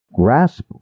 Grasp